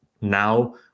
now